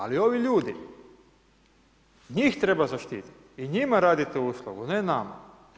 Ali ovi ljudi, njih treba zaštititi i njima radite uslugu, ne nama.